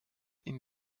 ihnen